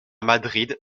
madrid